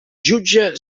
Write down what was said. jutge